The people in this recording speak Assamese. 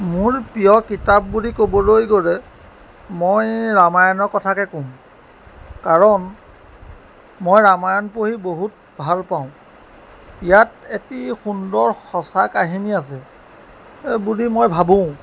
মোৰ প্ৰিয় কিতাপ বুলি ক'বলৈ গ'লে মই ৰামায়ণৰ কথাকে ক'ম কাৰণ মই ৰামায়ণ পঢ়ি বহুত ভাল পাওঁ ইয়াত এটি সুন্দৰ সঁচা কাহিনী আছে এই বুলি মই ভাবোঁ